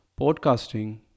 Podcasting